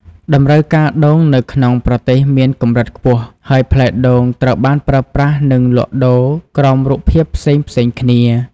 តម្រូវការដូងនៅក្នុងប្រទេសមានកម្រិតខ្ពស់ ហើយផ្លែដូងត្រូវបានប្រើប្រាស់ និងលក់ដូរក្រោមរូបភាពផ្សេងៗគ្នា។